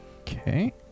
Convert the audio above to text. Okay